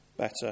Better